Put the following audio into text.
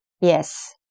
Yes